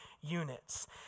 units